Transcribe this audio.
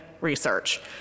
research